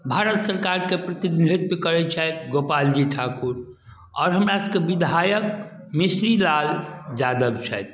भारत सरकार कऽ प्रतिनिधित्व करैत छथि गोपालजी ठाकुर आओर हमरा सभकऽ बिधायक मिसरी लाल जादव छथि